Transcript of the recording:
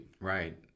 right